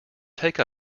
take